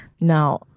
Now